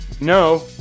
No